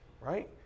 Right